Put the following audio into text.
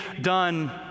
done